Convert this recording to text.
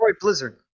Blizzard